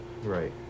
Right